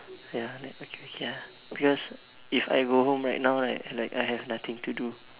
ya okay ya because if I go home right now right like I have nothing to do